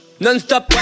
Non-stop